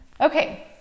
okay